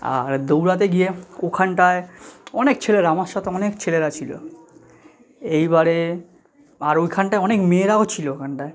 আর দৌড়াতে গিয়ে ওখানটায় অনেক ছেলেরা আমার সাথে অনেক ছেলেরা ছিলো এইবারে আর ওখানটায় অনেক মেয়েরাও ছিলো ওখানটায়